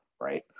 Right